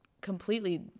completely